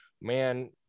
man